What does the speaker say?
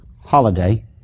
holiday